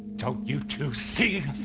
don't you two see